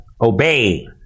Obey